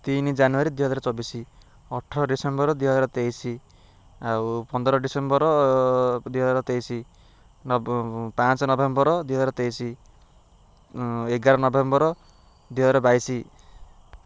ତିନି ଜାନୁଆରୀ ଦୁଇହଜାର ଚବିଶ ଅଠର ଡିସେମ୍ବର ଦୁଇହଜାର ତେଇଶ ଆଉ ପନ୍ଦର ଡିସେମ୍ବର ଦୁଇହଜାର ତେଇଶ ନଭେ ପାଞ୍ଚ ନଭେମ୍ବର ଦୁଇହଜାର ତେଇଶ ଏଗାର ନଭେମ୍ବର ଦୁଇହଜାର ବାଇଶ